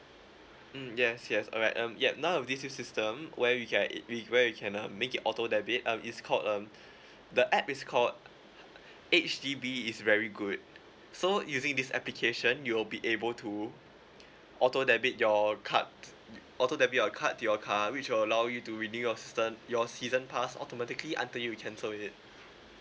mm yes yes alright um yeah now with this new system where you can where you can um make it auto debit um it's called um the app is called H_D_B is very good so using this application you'll be able to auto debit your card auto debit your card to your car which will allow you to renew your season your season pass automatically until you cancel it